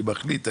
אני מחליט,